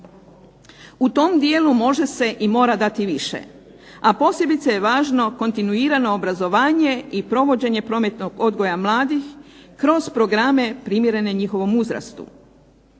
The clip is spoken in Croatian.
U tom dijelu može se i mora dati više, a posebice je važno kontinuirano obrazovanje i provođenje prometnog odgoja mladih kroz programe primjerene njihovom uzrastu.